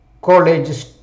college